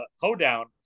hoedown